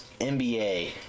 NBA